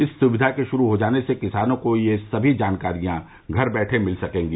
इस सुविधा के शुरू हो जाने से किसानों को यह सभी जानकारियां घर बैठे मिल सकेंगी